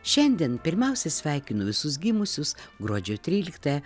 šiandien pirmiausia sveikinu visus gimusius gruodžio tryliktąją